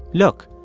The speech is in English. look,